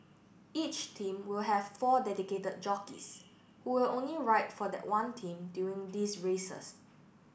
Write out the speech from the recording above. each team will have four dedicated jockeys who will only ride for that one team during these races